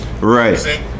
Right